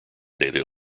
daily